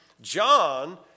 John